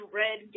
red